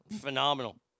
Phenomenal